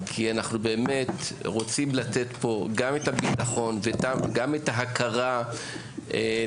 כי אנחנו באמת רוצים לתת פה גם את הביטחון וגם את ההכרה לקהילה.